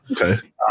Okay